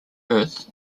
earth